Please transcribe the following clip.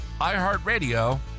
iHeartRadio